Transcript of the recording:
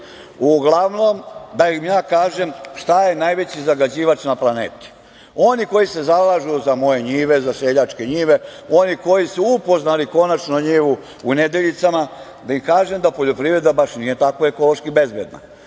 Uglavnom, da im ja kažem šta je najveći zagađivač na planeti. Oni koji se zalažu za moje njive, za seljačke njive, oni koji su upoznali konačno njivu u Nedeljicama, da im kažem da poljoprivreda baš nije tako ekološki bezbedna.